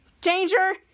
Danger